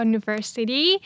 University